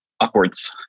upwards